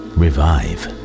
revive